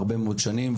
כבר הרבה מאוד שנים,